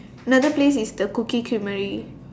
another place is the cookie creamery